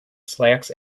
slacks